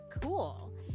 cool